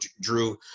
Drew